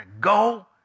go